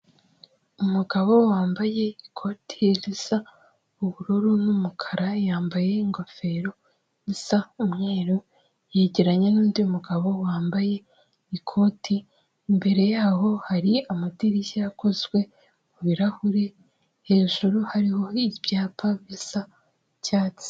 Umugabo wambaye ikoti risa ubururu n'umukara, yambaye ingofero isa umweru, yegeranye n'undi mugabo wambaye ikote, imbere yaho hari amadirishya akozwe mu birahure, hejuru hariho ibyapa bisa icyatsi.